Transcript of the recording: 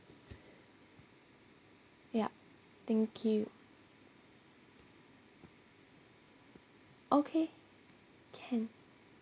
yup thank you okay can